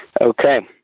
Okay